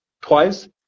twice